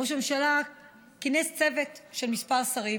ראש הממשלה כינס צוות של כמה שרים